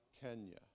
Kenya